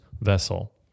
vessel